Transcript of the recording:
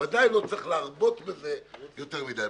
וודאי לא צריך להרבות בזה יותר מדי.